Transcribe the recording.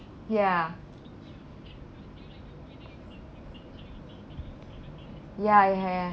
ya ya ya ya